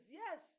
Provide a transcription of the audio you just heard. yes